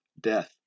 death